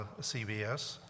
CBS